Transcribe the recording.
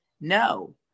no